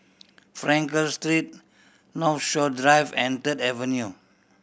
Frankel Street Northshore Drive and Third Avenue